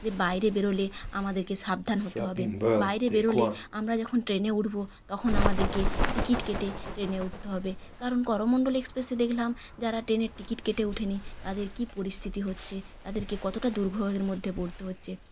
যে বাইরে বেরোলে আমাদেরকে সাবধান হতে হবে বাইরে বেরোলে আমরা যখন ট্রেনে উঠব তখন আমাদেরকে টিকিট কেটে ট্রেনে উঠতে হবে কারণ করমণ্ডল এক্সপ্রেসে দেখলাম যারা ট্রেনের টিকিট কেটে ওঠেনি তাদের কী পরিস্থিতি হচ্ছে তাদেরকে কতটা দুর্ভোগের মধ্যে পড়তে হচ্ছে